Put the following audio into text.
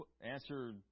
answer